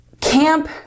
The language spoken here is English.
camp